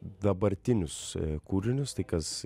dabartinius kūrinius tai kas